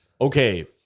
Okay